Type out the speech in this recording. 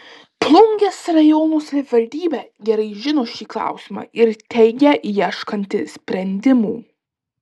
plungės rajono savivaldybė gerai žino šį klausimą ir teigia ieškanti sprendimų